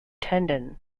tendon